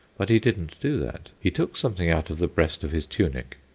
but he didn't do that. he took something out of the breast of his tunic,